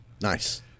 Nice